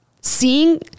seeing